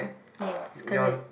yes correct